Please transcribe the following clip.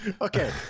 Okay